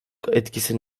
etkisi